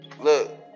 Look